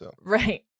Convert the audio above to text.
Right